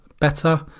better